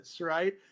right